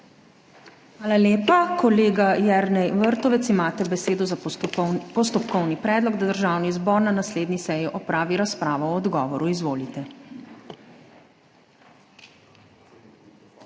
Hvala lepa. Kolega Zvonko Černač, imate besedo za postopkovni predlog, da Državni zbor na naslednji seji opravi razpravo o odgovoru. Izvolite.